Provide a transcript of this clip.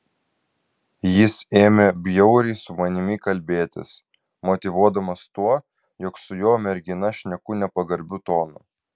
jis ėmė bjauriai su manimi kalbėtis motyvuodamas tuo jog su jo mergina šneku nepagarbiu tonu